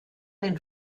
den